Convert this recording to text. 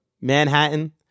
Manhattan